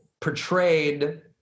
portrayed